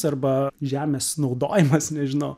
arba žemės naudojimas nežinau